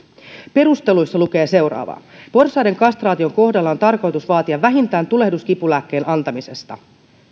perusteluissa lukee seuraavaa porsaiden kastraation kohdalla on tarkoitus vaatia vähintään tulehduskipulääkkeen antamista